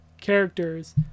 characters